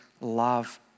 love